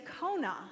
Kona